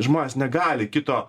žmonės negali kito